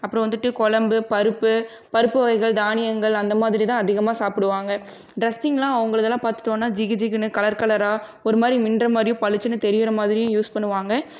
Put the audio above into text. அப்புறம் வந்துட்டு குழம்பு பருப்பு பருப்பு வகைகள் தானியங்கள் அந்த மாதிரிதான் அதிகமாக சாப்பிடுவாங்க டிரெஸ்ஸிங்லாம் அவங்களதுலா பார்த்துட்டோனா ஜிகுஜிகுன்னு கலர்கலராக ஒரு மாதிரி மின்னுற மாதிரியும் பளிச்சின்னு தெரிகிற மாதிரியும் யூஸ் பண்ணுவாங்கள்